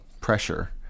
pressure